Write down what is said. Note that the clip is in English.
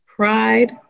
Pride